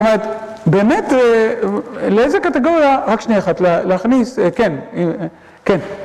זאת אומרת, באמת, לאיזה קטגוריה? רק שנייה אחת, להכניס, כן, כן.